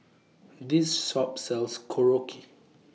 This Shop sells Korokke